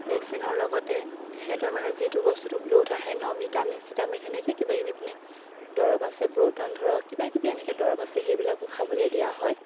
ভেকচিনৰ লগতে সিহঁতৰ মানে যিটো বস্তুটো ব্ল'ড আহে ন ভিটামিন চিটামিন এনেকে কিবাকিবি মানে দৰৱ আছে ব্ৰতন ধৰক কিবাকিবি এনেকে দৰৱ আছে সেইবিলাকো খাবলে দিয়া হয়